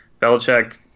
Belichick